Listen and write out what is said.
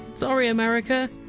sorry, america!